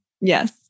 Yes